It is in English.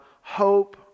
hope